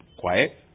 quiet